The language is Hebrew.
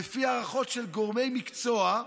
לפי הערכות של גורמי מקצוע,